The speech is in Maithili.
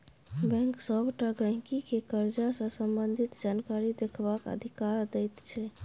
बैंक सबटा गहिंकी केँ करजा सँ संबंधित जानकारी देखबाक अधिकार दैत छै